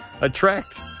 attract